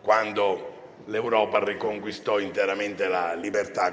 quando l'Europa ha riconquistato interamente